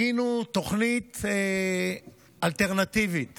הגינו תוכנית אלטרנטיבית